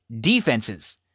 defenses